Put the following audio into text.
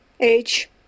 age